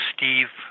Steve